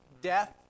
death